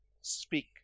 Speak